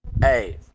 Hey